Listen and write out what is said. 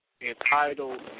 entitled